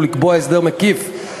ולקבוע הסדר מקיף,